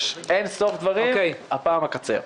יש אינסוף דברים, הפעם אקצר.